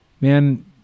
man